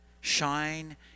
Shine